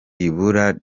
ibura